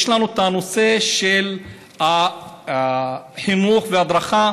יש לנו את הנושא של חינוך והדרכה,